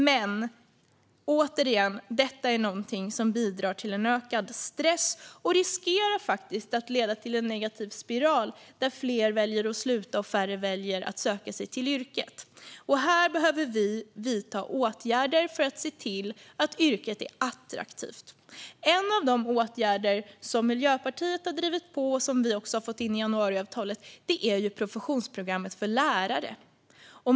Men, återigen, detta är någonting som bidrar till ökad stress och riskerar att leda till en negativ spiral där fler väljer att sluta och färre väljer att söka sig till yrket. Här behöver vi vidta åtgärder för att se till att yrket är attraktivt. En av de åtgärder som Miljöpartiet har drivit och som vi också har fått in i januariavtalet är professionsprogrammet för lärare.